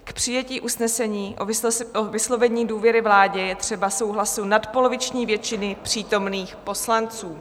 K přijetí usnesení o vyslovení důvěry vládě je třeba souhlasu nadpoloviční většiny přítomných poslanců.